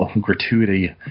gratuity